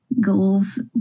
goals